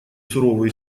суровый